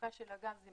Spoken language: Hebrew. מההפקה של הגז היא